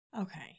Okay